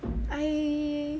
I